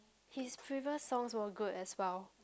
his previous songs were good as well